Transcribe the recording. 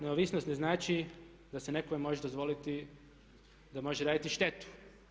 Neovisnost ne znači da nekome može dozvoliti da može raditi štetu.